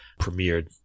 premiered